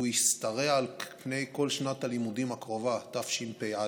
והוא ישתרע על פני כל שנת הלימודים הקרובה, תשפ"א,